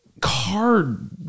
card